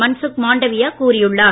மன்சுக் மாண்டவியா கூறியுள்ளார்